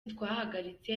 twahagaritse